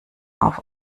auf